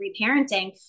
reparenting